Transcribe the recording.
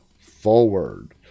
forward